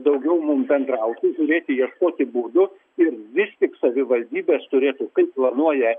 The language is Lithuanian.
daugiau mum bendrauti žiūrėti ieškoti būdų ir vis tik savivaldybės turėtų kaip planuoja